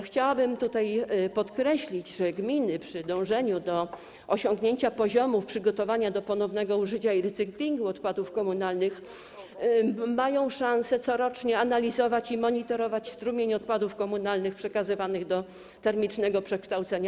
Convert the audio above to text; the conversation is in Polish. Chciałabym tutaj podkreślić, że gminy przy dążeniu do osiągnięcia poziomów przygotowania do ponownego użycia i recyklingu odpadów komunalnych mają szansę corocznie analizować i monitorować strumień odpadów komunalnych przekazywanych do termicznego przekształcenia.